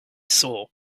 saw